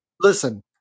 listen